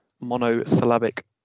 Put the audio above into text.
monosyllabic